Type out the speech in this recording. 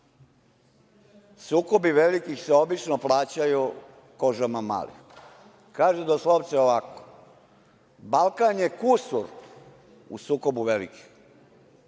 sukobi velikih se obično plaćaju kožama malih. Kaže doslovce ovako: "Balkan je kusur u sukobu velikih.